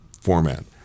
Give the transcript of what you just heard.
format